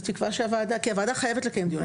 בתקווה כי הוועדה חייבת לקיים דיון,